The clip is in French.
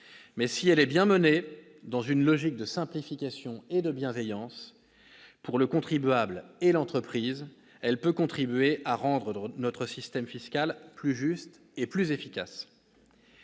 Mais, si elle est bien menée, dans une logique de simplification et de bienveillance pour le contribuable et l'entreprise, elle peut contribuer à rendre notre système fiscal plus juste et plus efficace.